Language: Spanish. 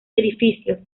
edificios